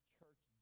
church